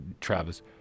Travis